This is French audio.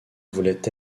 voulait